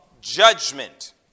judgment